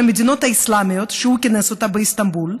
המדינות האסלאמיות שהוא כינס באיסטנבול,